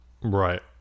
Right